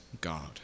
God